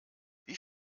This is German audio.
wie